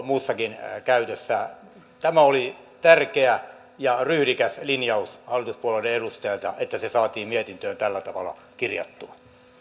muussakin käytössä tämä oli tärkeä ja ryhdikäs linjaus hallituspuolueiden edustajilta että se saatiin mietintöön tällä tavalla kirjattua